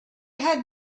had